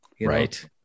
Right